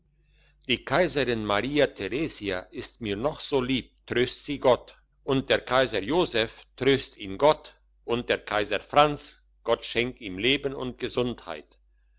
die kaiserin maria theresia ist mir noch so lieb tröst sie gott und der kaiser joseph tröst ihn gott und der kaiser franz gott schenk ihm leben und gesundheit